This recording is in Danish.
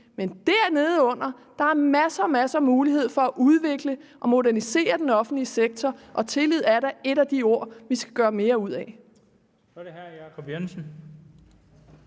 under den er der masser af muligheder for at udvikle og modernisere den offentlige sektor, og tillid er da et af de ord, vi skal gøre mere ud af.